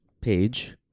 page